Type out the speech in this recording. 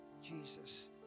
Jesus